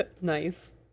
Nice